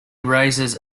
raises